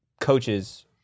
coaches